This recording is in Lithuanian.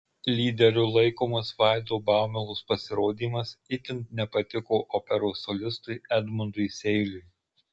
lyderiu laikomas vaido baumilos pasirodymas itin nepatiko operos solistui edmundui seiliui